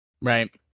Right